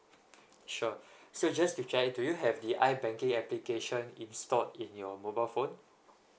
sure so just to check do you have the I banking application in stored in your mobile phone